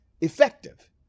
effective